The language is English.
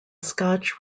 scotch